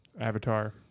Avatar